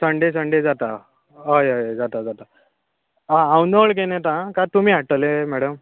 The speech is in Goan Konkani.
संडे संडे जाता हय हय हय जाता जाता हांव नळ घेवन येतां आं काय तुमी हाडटले मेडम